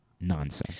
nonsense